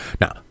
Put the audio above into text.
Now